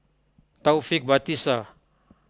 Taufik Batisah